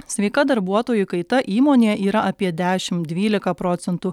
sveika darbuotojų kaita įmonėje yra apie dešim dvylika procentų